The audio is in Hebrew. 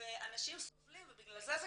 ואנשים סובלים ובגלל זה זה קורה.